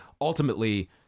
ultimately